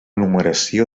numeració